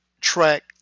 track